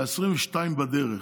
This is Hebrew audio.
וה-22 בדרך.